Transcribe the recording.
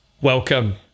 Welcome